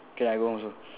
okay lah I go home also